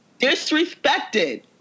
disrespected